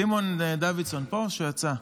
סימון דוידסון פה או שהוא יצא?